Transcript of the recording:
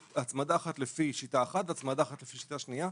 הצמדה אחת לפי שיטה אחת והצמדה אחת לפי שיטה שנייה,